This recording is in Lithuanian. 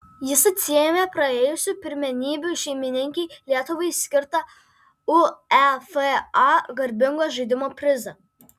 jis atsiėmė praėjusių pirmenybių šeimininkei lietuvai skirtą uefa garbingo žaidimo prizą